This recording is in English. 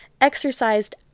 exercised